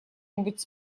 нибудь